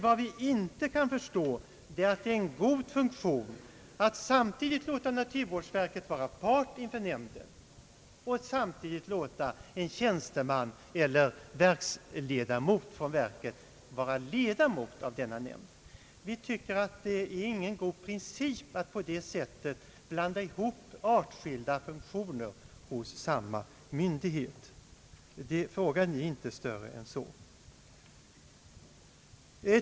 Vad vi inte kan förstå är att det är en god funktion att låta naturvårdsverket vara part inför koncessionsnämnden och samtidigt låta en tjänsteman vid naturvårdverket också vara ledamot av denna nämnd. Det är ingen god princip att på det sättet blanda ihop artskilda funktioner hos samma myndighet. Frågan är inte större än så.